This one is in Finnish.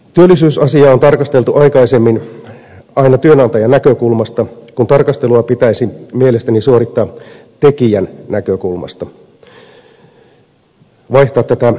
työllisyysasiaa on tarkasteltu aikaisemmin aina työnantajan näkökulmasta kun tarkastelua pitäisi mielestäni suorittaa tekijän näkökulmasta vaihtaa tätä näkökulmaa